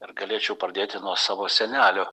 ar galėčiau pradėti nuo savo senelio